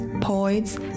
poets